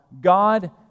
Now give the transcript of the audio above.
God